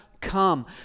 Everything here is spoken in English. come